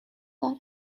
دارد